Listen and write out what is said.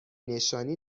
نشانی